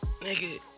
nigga